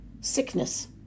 sickness